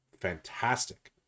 fantastic